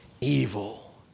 evil